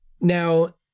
Now